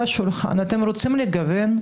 אתם רוצים לגוון?